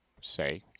say